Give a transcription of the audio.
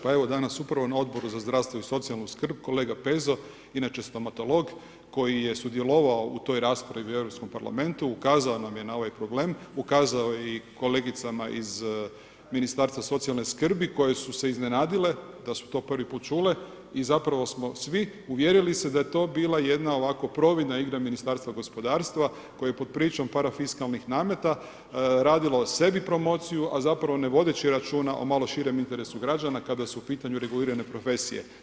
Pa evo danas upravo na Odboru za zdravstvo i socijalnu skrb kolega Pezo, inače stomatolog koji je sudjelovao u toj raspravi u Europskom parlamentu ukazao nam je na ovaj problem, ukazao je i kolegicama iz Ministarstva socijalne skrbi koje su se iznenadile da su to prvi put čule i zapravo smo svi uvjerili se da jet o bila jedna ovako providna igra Ministarstva gospodarstva koje je pod pričom parafiskalnih nameta radilo sebi promociju a zapravo ne vodeći računa o malo širem interesu građana kada su u pitanju regulirane profesije.